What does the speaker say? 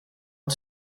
que